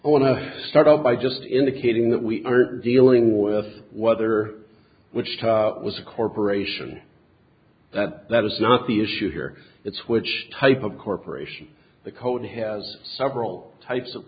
i want to start off by just indicating that we aren't dealing with what they are which to was a corporation that that is not the issue here it's which type of corporation the code has several types of